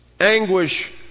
Anguish